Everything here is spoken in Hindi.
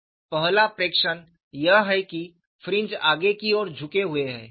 पहला प्रेक्षण यह है कि फ्रिंज आगे की ओर झुके हुए हैं